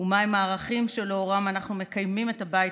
ומהם הערכים שלאורם אנחנו מקיימים את הבית